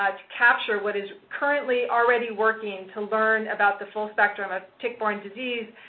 ah to capture what is currently already working to learn about the full spectrum of tick-born disease,